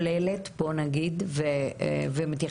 ממשרד הרווחה והבטחון החברתי,